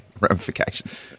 Ramifications